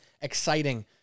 exciting